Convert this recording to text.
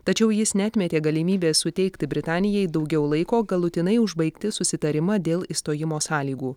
tačiau jis neatmetė galimybės suteikti britanijai daugiau laiko galutinai užbaigti susitarimą dėl išstojimo sąlygų